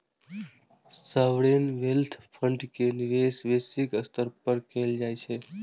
sovereign wealth fund के निवेश वैश्विक स्तर पर कैल जाइ छै